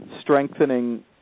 strengthening